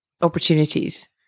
opportunities